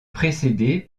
précédé